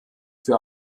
für